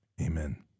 amen